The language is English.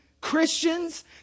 Christians